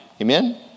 Amen